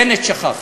בנט, שכחתי.